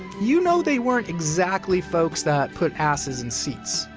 you know they weren't exactly folks that put asses in seats.